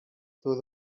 though